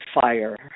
fire